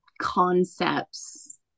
concepts